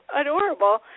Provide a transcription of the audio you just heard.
adorable